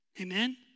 Amen